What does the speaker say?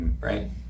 right